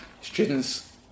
students